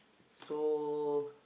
so